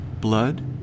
blood